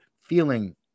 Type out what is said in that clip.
feeling